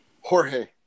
Jorge